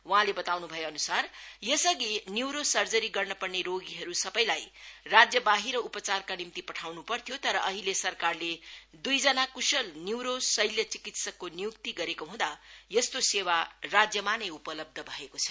वहाँले बताउनु भएअनुसार यसअधि न्यूरो सर्जरी गर्नपर्ने रोगीहरू सबैलाई राज्यबाहिर उपचारका निम्ति पठाउनु पर्थ्यो तर अहिले सरकारले दुईजना कुशल न्यूरो शैल्य चिकित्सकको नियुक्ती गरेको हुँदा यस्तो सेवा राज्यमा नै उपलब्ध भएको छ